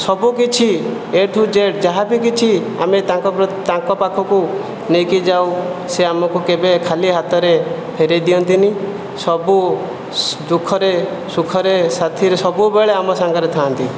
ସବୁକିଛି ଏ ଠୁ ଜେଡ୍ ଯାହା ବି କିଛି ଆମେ ତାଙ୍କ ପାଖକୁ ନେଇକି ଯାଉ ସେ ଆମକୁ କେବେ ଖାଲି ହାତରେ ଫେରାଇ ଦିଅନ୍ତିନାହିଁ ସବୁ ଦୁଃଖରେ ସୁଖରେ ସାଥିରେ ସବୁବେଳେ ଆମ ସାଙ୍ଗରେ ଥାଆନ୍ତି